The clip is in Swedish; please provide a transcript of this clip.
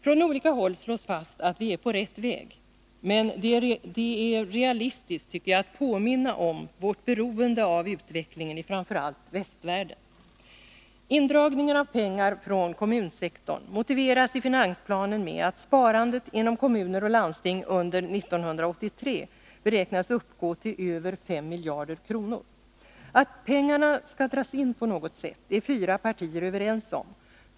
Från olika håll slås fast att vi är på rätt väg, men jag tycker att det är realistiskt att påminna om vårt beroende av utvecklingen i framför allt västvärlden. Indragningen av pengar från kommunsektorn motiveras i finansplanen med att sparandet inom kommuner och landsting under 1983 beräknas uppgå till över 5 miljarder kronor. Att pengarna skall dras in på något sätt är fyra partier överens om.